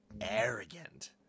arrogant